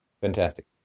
Fantastic